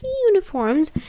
uniforms